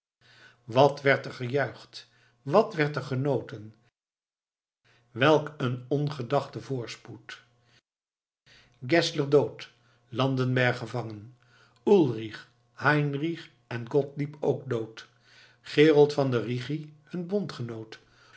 wat werd er gejuicht wat werd er genoten welk een ongedachte voorspoed geszler dood landenberg gevangen ulrich heinrich en gottlieb ook dood gerold van den rigi hun bondgenoot